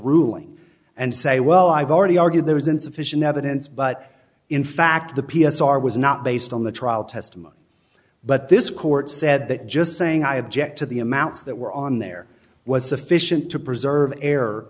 ruling and say well i've already argued there was insufficient evidence but in fact the p s r was not based on the trial testimony but this court said that just saying i object to the amounts that were on there was sufficient to preserve